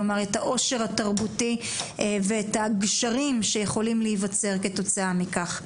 כלומר את העושר התרבותי ואת הגשרים שיכולים להיווצר כתוצאה מכך.